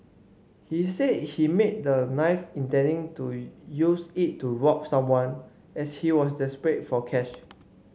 he said he made the knife intending to use it to rob someone as she was desperate for cash